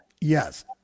yes